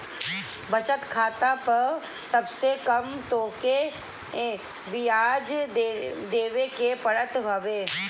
बचत खाता पअ सबसे कम तोहके बियाज देवे के पड़त हवे